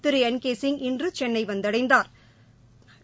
திருஎன் கேசிங் இன்றுசென்னைவந்தடைந்தாா்